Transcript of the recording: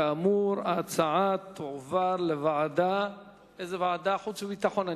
כאמור, ההצעה תועבר לוועדת החוץ והביטחון.